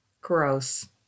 Gross